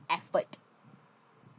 effort